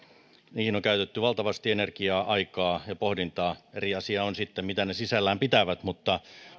niihin on käytetty valtavasti energiaa aikaa ja pohdintaa eri asia on sitten mitä ne sisällään pitävät mutta